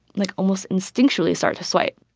like, almost instinctually start to swipe.